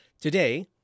today